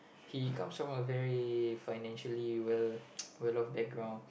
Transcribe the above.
he comes from a very financially well off background